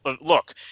look